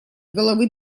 головы